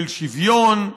של שוויון,